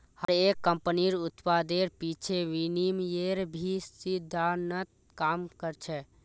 हर एक कम्पनीर उत्पादेर पीछे विनिमयेर ही सिद्धान्त काम कर छे